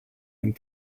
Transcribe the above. and